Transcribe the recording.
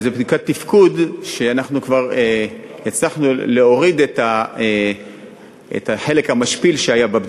זו בדיקת תפקוד שכבר הצלחנו להוריד את החלק המשפיל שהיה בה.